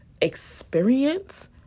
experience